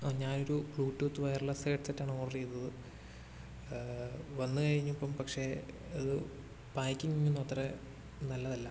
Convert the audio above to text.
ആ ഞാൻ ഒരു ബ്ലൂ ടൂത്ത് വയർലസ് ഹെഡ് സെറ്റാണ് ഓർഡർ ചെയ്തത് വന്ന് കഴിഞ്ഞപ്പം പക്ഷേ അത് പാക്കിംഗ്ന്നും അത്ര നല്ലതല്ല